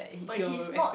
but he's not